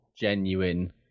genuine